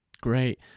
Great